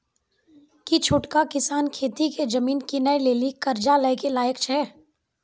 कि छोटका किसान खेती के जमीन किनै लेली कर्जा लै के लायक छै?